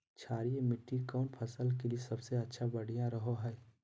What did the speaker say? क्षारीय मिट्टी कौन फसल के लिए सबसे बढ़िया रहो हय?